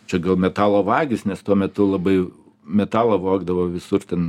čia gal metalo vagys nes tuo metu labai metalą vogdavo visur ten